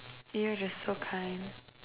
you're just so kind